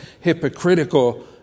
hypocritical